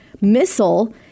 missile